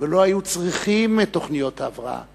ולא היו צריכות את תוכניות ההבראה,